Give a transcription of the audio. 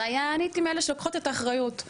אני הייתי מאלה שלוקחות את האחריות,